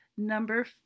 number